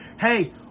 hey